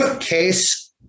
Case